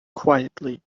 quietly